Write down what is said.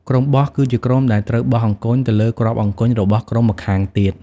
ក្រុមបោះ គឺជាក្រុមដែលត្រូវបោះអង្គញ់ទៅលើគ្រាប់អង្គញ់របស់ក្រុមម្ខាងទៀត ។